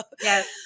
Yes